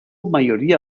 mayoría